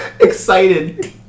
Excited